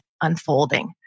unfolding